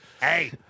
hey